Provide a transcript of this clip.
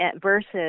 versus